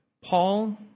Paul